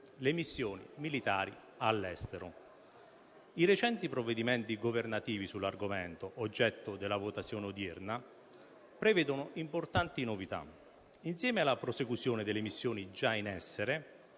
le missioni militari all'estero. I recenti provvedimenti governativi sull'argomento oggetto della votazione odierna prevedono importanti novità. Insieme alla prosecuzione delle missioni già in essere,